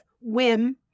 whim